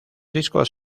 discos